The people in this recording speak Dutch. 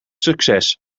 succes